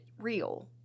real